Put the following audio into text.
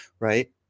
Right